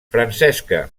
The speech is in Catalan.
francesca